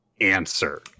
answer